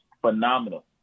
phenomenal